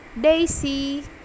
Daisy